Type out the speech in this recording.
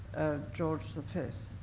george the fifth.